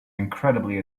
incredibly